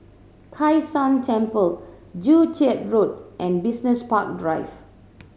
Kai San Temple Joo Chiat Road and Business Park Drive